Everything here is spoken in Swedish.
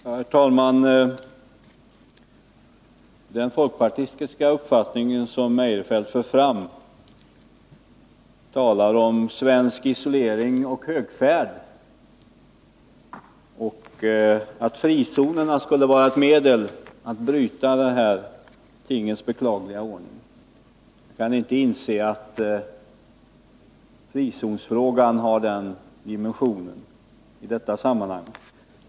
Herr talman! Christer Eirefelt talar om svensk isolering och högfärd och för fram den folkpartistiska uppfattningen att frizonerna skulle vara ett medel att bryta denna tingens beklagliga ordning. Jag kan inte inse att frizonsfrågan har den dimensionen.